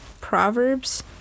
proverbs